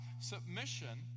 submission